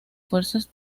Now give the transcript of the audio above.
fuerzas